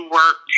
work